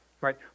right